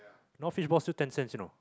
now fishballs still ten cents you know